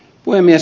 puhemies